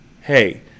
hey